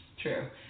true